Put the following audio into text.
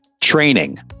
training